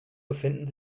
befinden